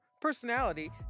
personality